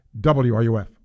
WRUF